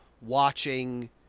watching